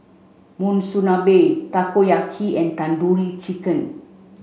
Monsunabe Takoyaki and Tandoori Chicken